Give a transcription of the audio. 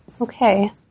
okay